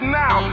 now